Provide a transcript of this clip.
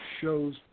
shows